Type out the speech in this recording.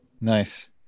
Nice